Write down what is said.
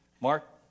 Mark